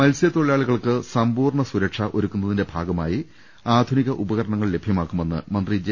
മത്സ്യത്തൊഴിലാളികൾക്ക് സമ്പൂർണ്ണ സുരക്ഷ ഒരുക്കു ന്നതിന്റെ ഭാഗമായി ആധുനിക ഉപകരണങ്ങൾ ലഭ്യമാക്കു മെന്ന് മന്ത്രി ജെ